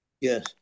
Yes